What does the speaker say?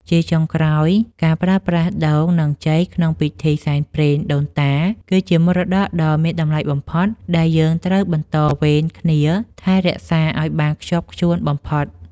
ជាចុងក្រោយការប្រើប្រាស់ដូង និងចេកក្នុងពិធីសែនដូនតា គឺជាមរតកដ៏មានតម្លៃបំផុតដែលយើងត្រូវបន្តវេនគ្នាថែរក្សាឱ្យបានខ្ជាប់ខ្ជួនបំផុត។